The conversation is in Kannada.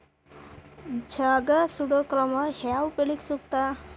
ಜಗಾ ಸುಡು ಕ್ರಮ ಯಾವ ಬೆಳಿಗೆ ಸೂಕ್ತ?